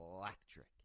electric